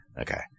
Okay